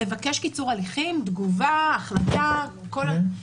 לבקש קיצור הליכים, תגובה, החלטה וכולי.